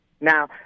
Now